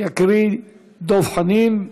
יקרא דב חנין.